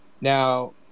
Now